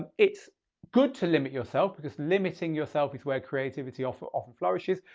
ah it's good to limit yourself because limiting yourself is where creativity often often flourishes.